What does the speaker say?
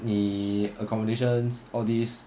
你 accommodations all these